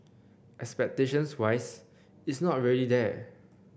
expectations wise it's not really there